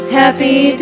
happy